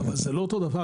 זה לא אותו דבר.